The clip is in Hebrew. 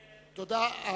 תודה.